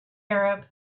arab